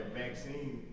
vaccine